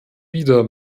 wieder